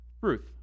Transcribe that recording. Ruth